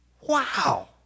Wow